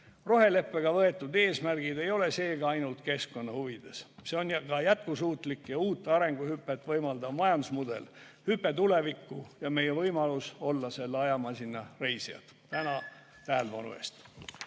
Roheleppega võetud eesmärgid ei ole ainult keskkonna huvides. See on ka jätkusuutlik ja uut arenguhüpet võimaldav majandusmudel – hüpe tulevikku ja meie võimalus olla selle ajamasina reisijad. Tänan tähelepanu eest!